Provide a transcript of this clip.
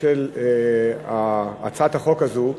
של הצעת החוק הזאת,